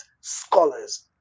scholars